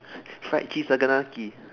fried cheese saganaki